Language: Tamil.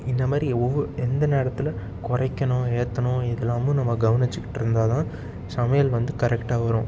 இந்த மாதிரி ஒவ்வு எந்த நேரத்தில் குறைக்கணும் ஏற்றணும் இதுலாம் நம்ம கவனிச்சிக்கிட்டுருந்தா தான் சமையல் வந்து கரெக்டாக வரும்